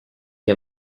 che